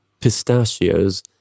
pistachios